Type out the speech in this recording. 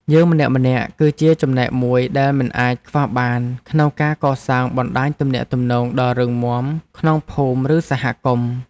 យើងម្នាក់ៗគឺជាចំណែកមួយដែលមិនអាចខ្វះបានក្នុងការកសាងបណ្ដាញទំនាក់ទំនងដ៏រឹងមាំក្នុងភូមិ ឬសហគមន៍។